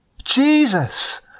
Jesus